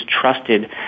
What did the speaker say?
trusted